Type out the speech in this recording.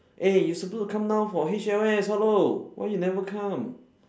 eh you supposed to come down for H_L_S hello why you never come